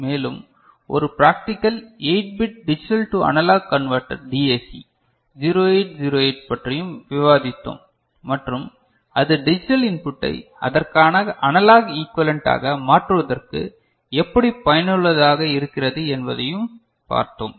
மேலும் ஒரு practical 8 bit digital to analog converter DAC 0808 பற்றியும் விவாதித்தோம் மற்றும் அது டிஜிட்டல் இன்பூட்டை அதற்கான அனலாக் ஈக்விவலெண்ட்டாக மாற்றுவதற்கு எப்படி பயனுள்ளதாக இருக்கிறது என்பதையும் பார்த்தோம்